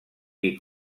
qui